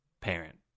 parent